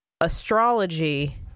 astrology